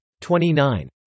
29